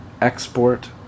export